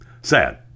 Sad